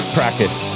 practice